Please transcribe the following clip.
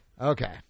Okay